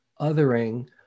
othering